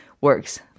works